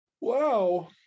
wow